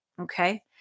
Okay